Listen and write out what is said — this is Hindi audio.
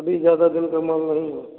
अभी ज़्यादा दिन का माल नहीं है